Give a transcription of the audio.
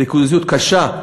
ריכוזיות קשה.